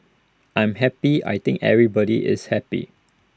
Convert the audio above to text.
I'm happy I think everybody is happy